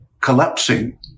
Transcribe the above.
collapsing